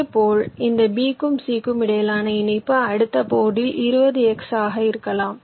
இதேபோல் இந்த B க்கும் C க்கும் இடையிலான இணைப்பு அடுத்த போர்டில் 20X ஆக இருக்கலாம்